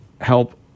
help